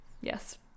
Yes